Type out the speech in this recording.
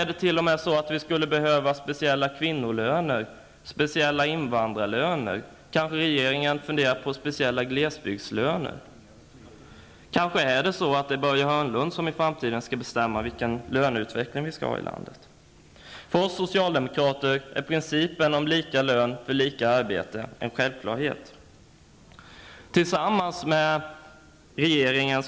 Det skulle kanske behövas speciella kvinnolöner och invandrarlöner? Regeringen funderar kanske över speciella glesbygdslöner? Är det Börje Hörnlund som skall bestämma vilken löneutveckling vi skall ha här i landet? För oss socialdemokrater är principen om lika lön för lika arbete en självklarhet.